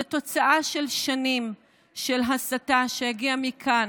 זו תוצאה של שנים של הסתה שהגיעה מכאן,